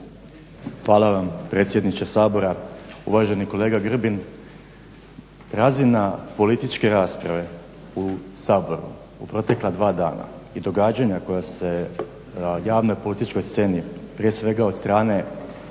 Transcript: Hvala vam predsjedniče Sabora. Uvaženi kolega Grbin razina političke rasprave u Saboru u protekla dva dana i događanja koja su se na javnoj političkoj sceni prije svega od strane